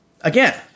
again